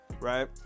right